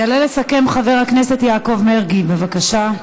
יעלה לסכם, חבר הכנסת יעקב מרגי, בבקשה.